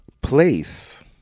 place